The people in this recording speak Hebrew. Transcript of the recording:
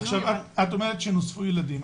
את אומרת שנוספו ילדים.